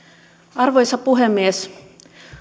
arvoisa puhemies